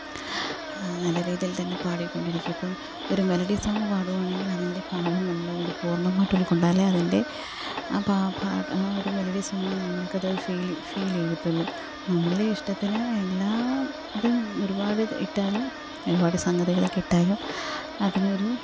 നല്ല രീതിയിൽ തന്നെ പാടിക്കൊണ്ടിരിക്കും ഇപ്പം ഒരു മെലഡി സോങ് പാടുകയാണെങ്കിൽ അതിൻ്റെ ഭാവം നമ്മൾ അതിനകത്ത് പൂർണ്ണമായിട്ടും ഉൾക്കൊണ്ടാലേ അതിൻ്റെ അപ്പം ആ മെലഡി സോങ് നമ്മൾക്കത് ഫീൽ ഫീൽ ചെയ്യത്തുള്ളൂ നമ്മളുടെ ഇഷ്ടത്തിന് എല്ലാം ഇതും ഒരുപാട് ഇട്ടാലും ഒരുപാട് സംഗതികളൊക്കെ ഇട്ടാലും അതിനൊരു